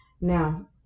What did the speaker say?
now